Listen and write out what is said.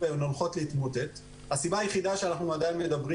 והן הולכות להתמוטט הסיבה היחידה שאנחנו עדיין מדברים